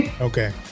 okay